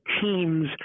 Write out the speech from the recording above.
teams